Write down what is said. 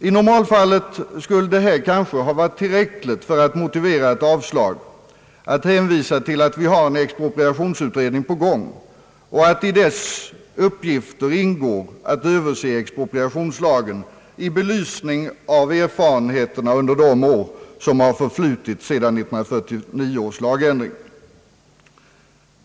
I normalfallet skulle det kanske ha varit tillräckligt för att motivera ett avslag att hänvisa till att en expropriationsutredning pågår och att det i dess uppgifter ingår att överse expropriationslagen i belysning av erfarenheterna under de år som har förflutit sedan 1949 års lagändring.